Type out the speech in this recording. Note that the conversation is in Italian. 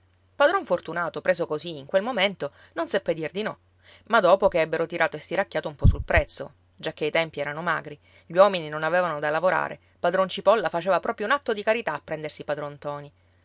padron fortunato preso così in quel momento non seppe dir di no ma dopo che ebbero tirato e stiracchiato un po sul prezzo giacché i tempi erano magri gli uomini non avevano da lavorare padron cipolla faceva proprio un atto di carità a prendersi padron ntoni